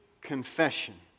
confession